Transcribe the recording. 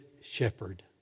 shepherd